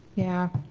yeah.